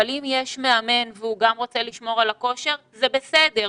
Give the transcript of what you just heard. אבל אם יש מאמן והוא גם רוצה לשמור על הכושר זה בסדר,